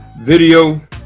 video